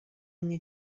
mnie